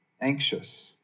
anxious